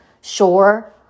Sure